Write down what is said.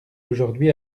aujourd’hui